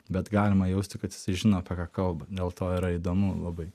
bet galima jausti kad jis žino prakalbo dėl to yra įdomu labai